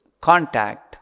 contact